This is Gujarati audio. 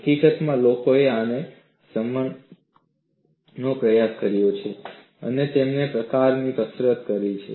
હકીકતમાં લોકોએ આને સમાવવાનો પ્રયાસ કર્યો છે અને તેમની પ્રકારની કસરત કરી છે